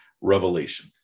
revelation